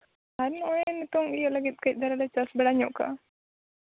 ᱟᱨ ᱱᱚᱜᱼᱚᱭ ᱱᱤᱛᱚᱝ ᱤᱭᱟᱹ ᱞᱟᱹᱜᱤᱫ ᱠᱟᱹᱡ ᱫᱷᱟᱨᱟ ᱞᱮ ᱪᱟᱥ ᱵᱟᱲᱟ ᱠᱟᱜᱼᱟ